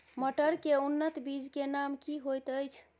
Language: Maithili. मटर के उन्नत बीज के नाम की होयत ऐछ?